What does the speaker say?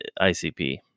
ICP